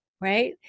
Right